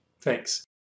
Thanks